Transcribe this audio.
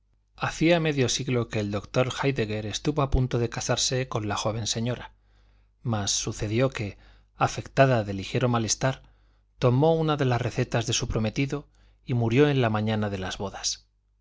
hacía medio siglo que el doctor héidegger estuvo a punto de casarse con la joven señora mas sucedió que afectada de ligero malestar tomó una de las recetas de su prometido y murió en la mañana de las bodas